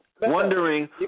wondering